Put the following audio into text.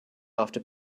after